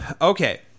okay